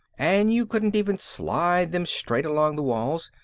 and you couldn't even slide them straight along the walls,